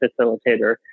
facilitator